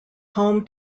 home